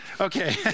Okay